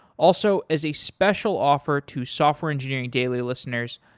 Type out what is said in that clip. also, as a special offer to software engineering daily listeners,